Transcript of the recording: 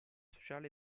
sociale